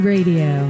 Radio